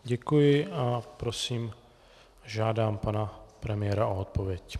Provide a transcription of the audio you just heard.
Děkuji a prosím, žádám pana premiéra o odpověď.